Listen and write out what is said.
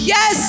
Yes